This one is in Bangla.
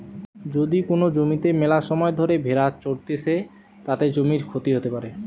যদি কোন জমিতে মেলাসময় ধরে ভেড়া চরতিছে, তাতে জমির ক্ষতি হতে পারে